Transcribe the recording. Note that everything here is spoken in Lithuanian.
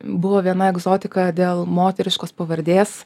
buvo viena egzotika dėl moteriškos pavardės